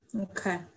Okay